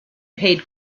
paid